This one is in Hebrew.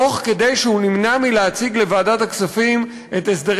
תוך כדי כך שהוא נמנע מלהציג בוועדת הכספים את הסדרי